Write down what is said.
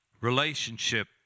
relationship